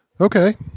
okay